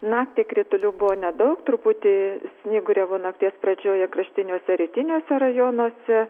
naktį kritulių buvo nedaug truputį snyguriavo nakties pradžioje kraštiniuose rytiniuose rajonuose